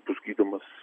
bus gydomas